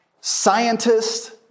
scientists